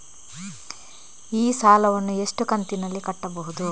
ಈ ಸಾಲವನ್ನು ಎಷ್ಟು ಕಂತಿನಲ್ಲಿ ಕಟ್ಟಬಹುದು?